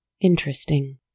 Interesting